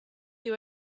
you